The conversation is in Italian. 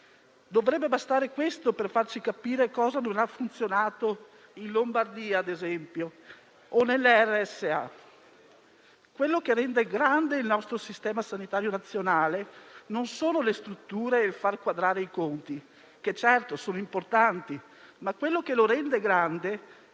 Dovrebbe bastare questo per farci capire che cosa non ha funzionato in Lombardia, ad esempio, o nelle RSA. Quello che rende grande il nostro Sistema sanitario nazionale non sono le strutture e il far quadrare i conti, che certo sono importanti, ma la formazione, la ricerca, il